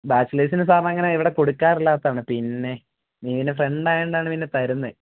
ബാച്ചിലേഴ്സിന് സാധാരണ അങ്ങനെ ഇവിടെ കൊടുക്കാറില്ലാത്തതാണ് പിന്നെ നീ എൻറെ ഫ്രണ്ട് ആയതുകൊണ്ടാണ് പിന്നെ തരുന്നത്